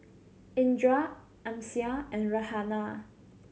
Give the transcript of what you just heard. Indra Amsyar and Raihana